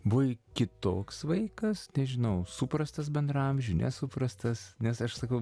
buvai kitoks vaikas nežinau suprastas bendraamžių nesuprastas nes aš sakau